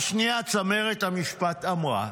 השנייה, צמרת המשפט, אמרה,